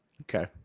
Okay